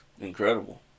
incredible